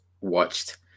watched